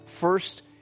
First